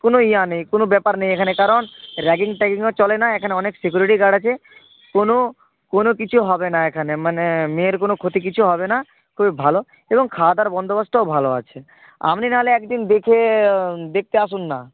কোনো ইয়ে নেই কোনো ব্যাপার নেই এখানে কারণ র্যাগিং ট্যাগিংও চলে না এখানে অনেক সিকিউরিটি গার্ড আছে কোনো কোনো কিছু হবে না এখানে মানে মেয়ের কোনো ক্ষতি কিছু হবে না খুবই ভালো এবং খাওয়া দাওয়ার বন্দোবস্তও ভালো আছে আপনি না হলে একদিন দেখে দেখতে আসুন না